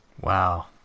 Wow